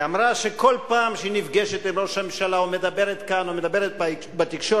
היא אמרה שכל פעם שהיא נפגשת עם ראש הממשלה ומדברת כאן ומדברת בתקשורת,